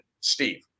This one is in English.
Steve